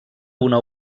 una